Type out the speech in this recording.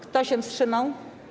Kto się wstrzymał?